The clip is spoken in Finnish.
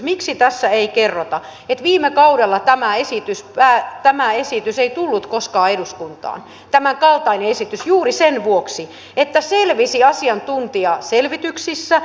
miksi tässä ei kerrota että viime kaudella tämänkaltainen esitys ei tullut koskaan eduskuntaan juuri sen vuoksi että selvisi asiantuntijaselvityksissä että tästä ei tule tulemaan säästöä